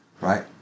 right